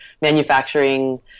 manufacturing